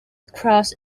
cross